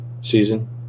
season